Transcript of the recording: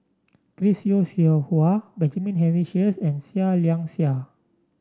Chris Yeo Siew Hua Benjamin Henry Sheares and Seah Liang Seah